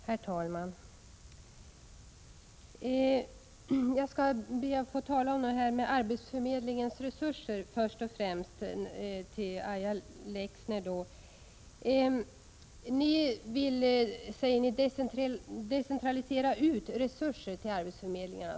Herr talman! Jag skall först och främst tala om arbetsförmedlingarnas resurser. Socialdemokraterna vill decentralisera resurserna till de olika arbetsförmedlingarna.